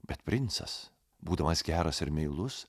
bet princas būdamas geras ir meilus